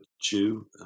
chew